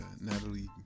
Natalie